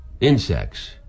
insects